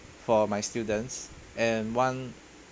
for my students and one